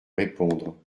répondre